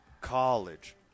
college